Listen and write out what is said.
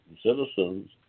Citizens